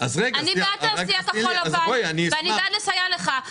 אני בעד תעשייה כחול לבן ואני בעד לסייע לך,